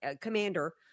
commander